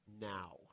now